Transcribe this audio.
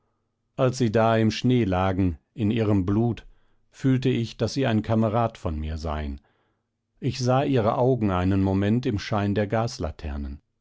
als sie da im schnee lagen in ihrem blut fühlte ich daß sie ein kamerad von mir seien ich sah ihre augen einen moment im schein der